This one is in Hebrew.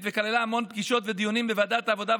וכללה המון פגישות ודיונים בוועדת העבודה,